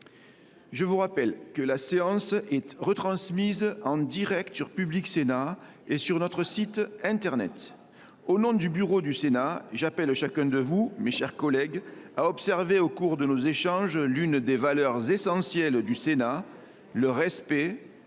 Je vous rappelle que la séance est retransmise en direct sur Public Sénat et sur notre site internet. Au nom du Bureau du Sénat, j’appelle chacun de vous, mes chers collègues, à observer au cours de nos échanges l’une des valeurs essentielles du Sénat : le respect,